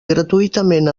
gratuïtament